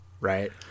right